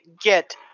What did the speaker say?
get